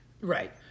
Right